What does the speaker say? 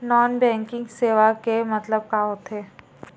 Non banking सेवा के मतलब का होथे?